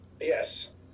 Yes